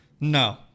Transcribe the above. No